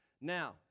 now